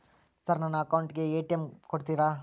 Sir ನನ್ನ account ಗೆ ATM ಕೊಡುತ್ತೇರಾ?